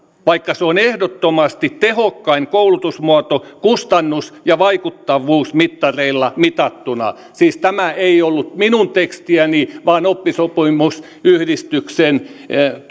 vaikka se on ehdottomasti tehokkain koulutusmuoto kustannus ja vaikuttavuusmittareilla mitattuna siis tämä ei ollut minun tekstiäni vaan oppisopimusyhdistyksen